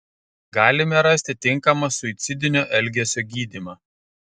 galime rasti tinkamą suicidinio elgesio gydymą